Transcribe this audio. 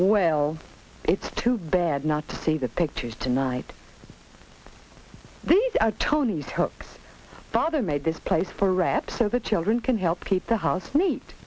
well it's too bad not to see the pictures tonight these are tony's hooks father made this place for wraps so the children can help keep the house neat